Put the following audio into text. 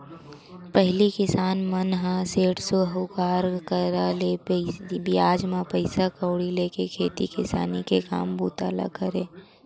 पहिली किसान मन ह सेठ, साहूकार करा ले बियाज म पइसा कउड़ी लेके खेती किसानी के काम बूता ल करय